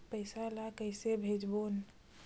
पईसा ला कइसे भेजबोन?